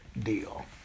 deal